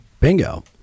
bingo